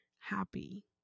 happy